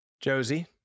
Josie